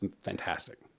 fantastic